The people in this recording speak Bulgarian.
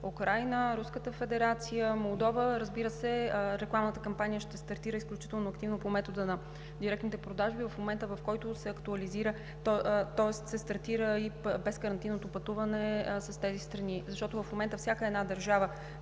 Украйна, Руската федерация, Молдова, разбира се, рекламната кампания ще стартира изключително активно по метода на директните продажби в момента, в който се стартира безкарантинното пътуване с тези страни, защото в момента всяка една държава